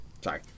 Sorry